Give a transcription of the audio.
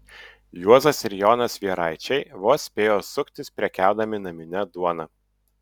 juozas ir jonas vieraičiai vos spėjo suktis prekiaudami namine duona